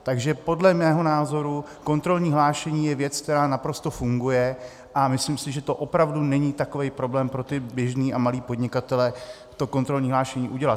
Takže podle mého názoru kontrolní hlášení je věc, která naprosto funguje, a myslím si, že opravdu není takový problém pro ty běžné a malé podnikatele to kontrolní hlášení udělat.